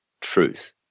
truth